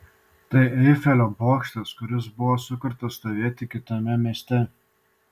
tai eifelio bokštas kuris buvo sukurtas stovėti kitame mieste